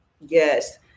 Yes